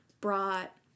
brought